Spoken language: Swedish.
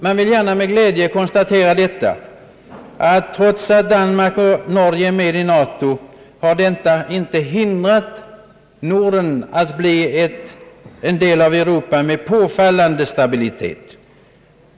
Jag kan gärna med glädje konstatera att trots att Danmark och Norge är med i NATO har detta inte hindrat Norden att bli en del av Europa med påfallande stabilitet.